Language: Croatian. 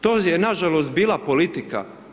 To je nažalost bila politika.